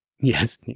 Yes